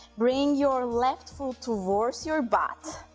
bring your left foot towards your butt,